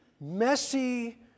messy